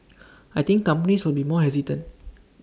I think companies will be more hesitant